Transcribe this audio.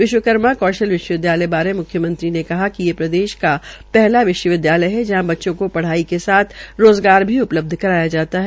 विश्वकर्मा कौशल विश्वविदयालय बारे म्ख्यमंत्री ने कहा कि ये प्रदेश में पहला विश्वविद्यालय है जहां बच्चों को पढ़ाई के साथ रोज़गार भी उपलब्ध करवाया जाता है